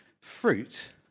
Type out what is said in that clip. fruit